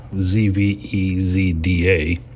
Z-V-E-Z-D-A